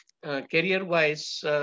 Career-wise